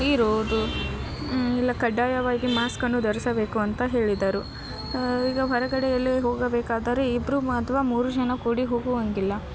ಇರೋದು ಇಲ್ಲ ಕಡ್ಡಾಯವಾಗಿ ಮಾಸ್ಕನ್ನು ಧರಿಸಬೇಕು ಅಂತ ಹೇಳಿದರು ಈಗ ಹೊರಗಡೆಯಲ್ಲಿ ಹೋಗಬೇಕಾದರೆ ಇಬ್ಬರು ಅಥ್ವಾ ಮೂರು ಜನ ಕೂಡಿ ಹೋಗುವಂಗಿಲ್ಲ